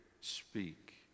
speak